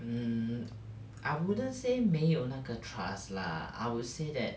mm I wouldn't say 没有那个 trust lah I would say that